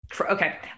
Okay